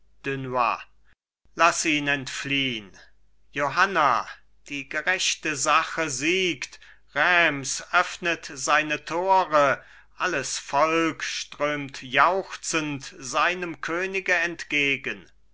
laß ihn entfliehn johanna die gerechte sache siegt reims öffnet seine tore alles volk strömt jauchzend seinem könige entgegen